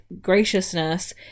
graciousness